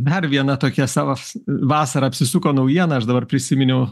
dar viena tokia savas vasarą apsisuko naujieną aš dabar prisiminiau